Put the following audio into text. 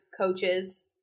coaches